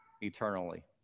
eternally